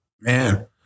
Man